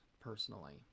personally